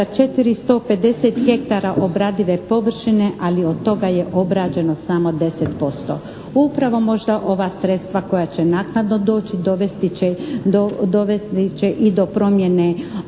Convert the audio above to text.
450 hektara obradive površine ali od toga je obrađeno samo 10%. Upravo možda ova sredstva koja će naknadno doći, dovesti će i do promjene ove slike